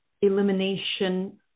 elimination